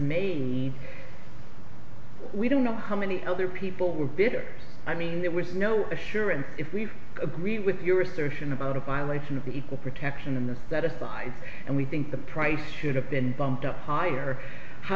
maine we don't know how many other people were bitter i mean there was no assurance if we agree with your assertion about a violation of equal protection in the that aside and we think the price should have been bumped up higher how